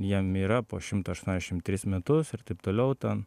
jiem yra po šimtą aštuoniašim tris metus ir taip toliau ten